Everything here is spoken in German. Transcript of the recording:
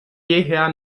jeher